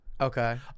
Okay